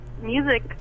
Music